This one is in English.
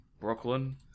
Brooklyn